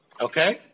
Okay